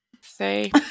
say